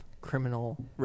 criminal